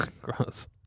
gross